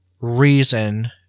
reason